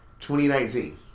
2019